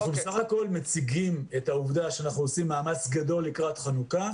אנחנו בסך הכול מציגים את העובדה שאנחנו עושים מאמץ גדול לקראת חנוכה.